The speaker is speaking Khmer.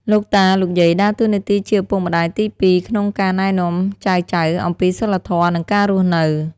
លោកតា លោកយាយ ដើរតួនាទីជាឪពុកម្តាយទីពីរ ក្នុងការណែនាំចៅៗអំពីសីលធម៌ និងការរស់នៅ។